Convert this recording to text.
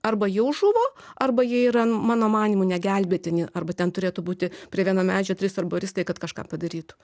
arba jau žuvo arba jie yra mano manymu negelbėtini arba ten turėtų būti prie vieno medžio trys arboristai kad kažką padarytų